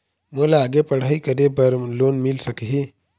मोला आगे पढ़ई करे बर लोन मिल सकही?